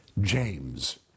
James